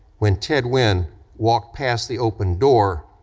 when ted wynne walked past the open door,